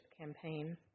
campaign